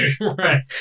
Right